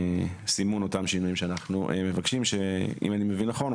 סימון אותם שינויים שאנחנו מבקשים שאם אני מבין נכון,